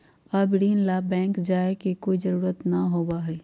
अब ऋण ला बैंक जाय के कोई जरुरत ना होबा हई